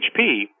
HP